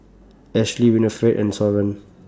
Ashlie Winnifred and Soren